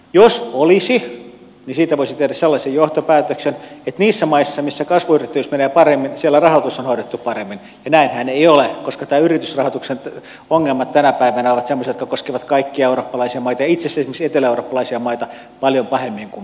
jos olisi niin siitä voisi tehdä sellaisen johtopäätöksen että niissä maissa missä kasvuyrittäjyys menee paremmin siellä rahoitus on hoidettu paremmin ja näinhän ei ole koska nämä yritysrahoituksen ongelmat tänä päivänä ovat semmoisia jotka koskevat kaikkia eurooppalaisia maita ja itse asiassa esimerkiksi eteläeurooppalaisia maita paljon pahemmin kuin meitä